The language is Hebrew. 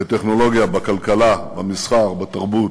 בטכנולוגיה, בכלכלה, במסחר, בתרבות,